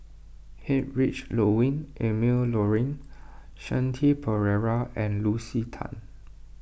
Heinrich Ludwig Emil Luering Shanti Pereira and Lucy Tan